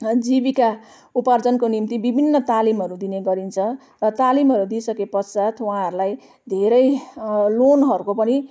जीविका उपार्जनको निम्ति विभिन्न तालिमहरू दिने गरिन्छ र तालिमहरू दिइसके पश्चात् उहाँहरूलाई धेरै लोनहरूको पनि